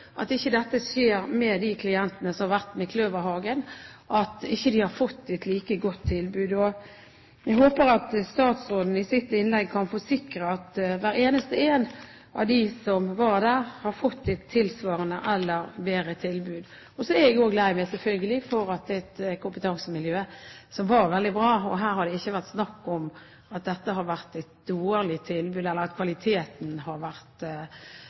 dette ikke skjer med de klientene som har vært på Kløverhagen, at de ikke får et like godt tilbud. Jeg håper at statsråden i sitt innlegg kan forsikre om at hver eneste én av dem som var der, har fått et tilsvarende eller bedre tilbud. Jeg er selvfølgelig lei meg, for kompetansemiljøet var veldig bra, og her har det ikke vært snakk om at dette har vært et dårlig tilbud eller at kvaliteten har vært